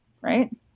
right